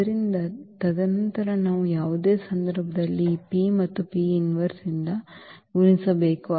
ಆದ್ದರಿಂದ ತದನಂತರ ನಾವು ಯಾವುದೇ ಸಂದರ್ಭದಲ್ಲಿ ಈ P ಮತ್ತು ಯಿಂದ ಗುಣಿಸಬೇಕು